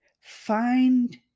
Find